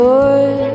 Lord